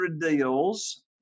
deals